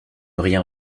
rien